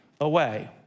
away